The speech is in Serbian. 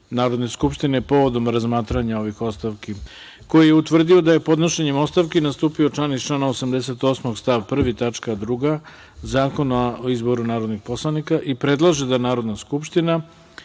Narodne skupštine povodom razmatranja ovih ostavki, koji je utvrdio da je podnošenjem ostavki nastupio član iz člana 88. stav 1. tačka 2) Zakona o izboru narodnih poslanika i predlaže da Narodna skupština,